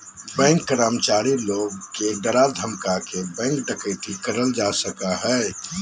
bank कर्मचारी लोग के डरा धमका के बैंक डकैती करल जा सका हय